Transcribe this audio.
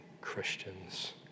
Christians